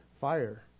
fire